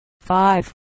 five